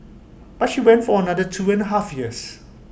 but she went for another two and A half years